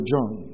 John